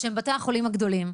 שהם בתי החולים הגדולים,